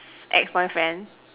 ex boyfriend